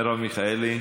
מרב מיכאלי,